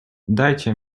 dajcie